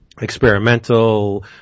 experimental